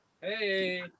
Hey